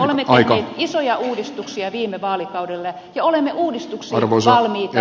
olemme tehneet isoja uudistuksia viime vaalikaudella ja olemme uudistuksiin valmiita